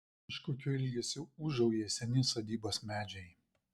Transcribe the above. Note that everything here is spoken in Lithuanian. kažkokiu ilgesiu ūžauja seni sodybos medžiai